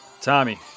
Tommy